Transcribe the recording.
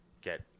get